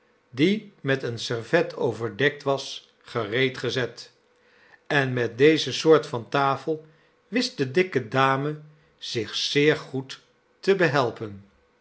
die met een servet overdekt was gereed gezet en met deze soort van tafel wist de dikke dame zich zeer goed te behelpen